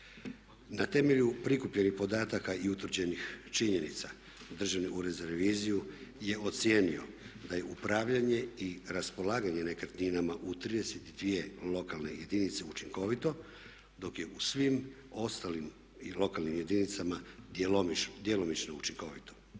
Na temelju prikupljenih podataka i utvrđenih činjenica Državni ured za reviziju je ocijenio da je upravljanje i raspolaganje nekretninama u 32 lokalne jedinice učinkovito dok je u svim ostalim lokalnim jedinicama djelomično učinkovito.